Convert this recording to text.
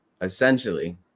essentially